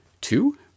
two